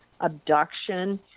abduction